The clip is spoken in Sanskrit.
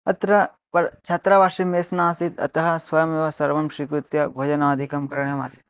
अत्र पर् छात्रवासे मेश् नासीत् अतः स्वयमेव सर्वं स्वीकृत्य भोजनादिकं करणीयमासीत्